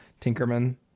Tinkerman